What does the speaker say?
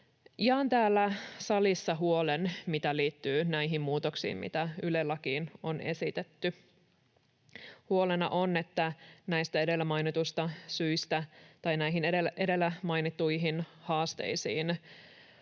Jaan täällä salissa huolen, mikä liittyy näihin muutoksiin, mitä Yle-lakiin on esitetty. Huolena on, että ajaudumme näihin edellä mainittuihin haasteisiin